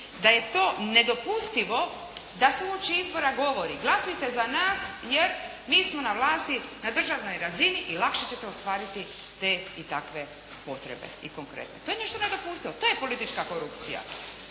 da je to nedopustivo da se uoči izbore govori glasujte za nas jer mi smo na vlasti na državnoj razini i lakše ćete ostvariti te i takve potrebe i konkretne. To je nešto nedopustivo. To je politička korupcija.